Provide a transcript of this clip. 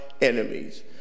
enemies